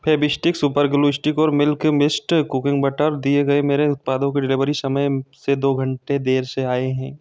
Fevistik super glue stick और Milk Mist cooking butter दिए गए मेरे उत्पादों की डिलेवरी समय म से दो घंटे देर से आए हैं